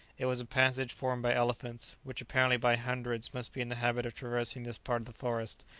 it was a passage formed by elephants, which apparently by hundreds must be in the habit of traversing this part of the forest.